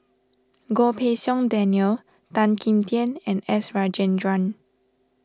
Goh Pei Siong Daniel Tan Kim Tian and S Rajendran